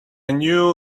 new